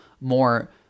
more